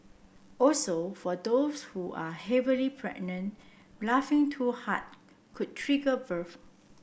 also for those who are heavily pregnant laughing too hard could trigger birth